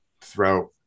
Throat